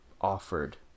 offered